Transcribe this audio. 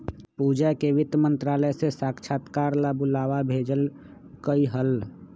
पूजा के वित्त मंत्रालय से साक्षात्कार ला बुलावा भेजल कई हल